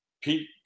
Pete